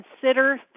consider